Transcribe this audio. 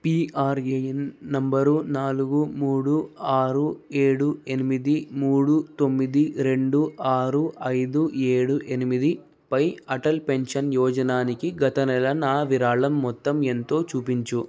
PRAN number నాలుగు మూడు ఆరు ఏడు ఎనిమిది మూడు తొమ్మిది రెండు ఆరు ఐదు ఏడు ఎనిమిది పై అటల్ పెన్షన్ యోజనాకి గత నెల నా విరాళం మొత్తం ఎంతో చూపించు